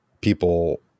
people